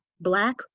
Black